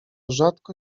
rzadko